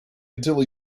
until